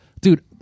dude